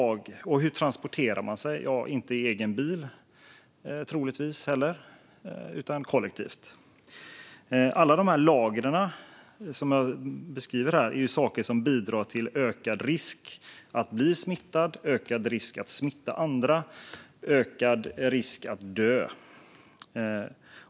Och hur transporterar de sig? Troligtvis sker det inte i egen bil utan kollektivt. Allt det som jag beskriver är saker som bidrar till ökad risk att bli smittad, ökad risk att smitta andra och ökad risk att dö.